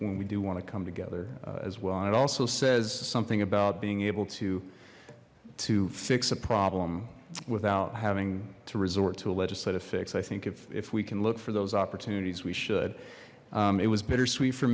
when we do want to come together as well and it also says something about being able to to fix a problem without having to resort to a legislative fix i think if we can look for those opportunities we should it was bittersweet for